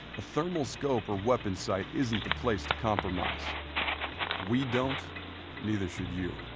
a thermal scope for weapons site isn't the place to compromise we don't neither should you.